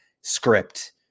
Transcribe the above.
script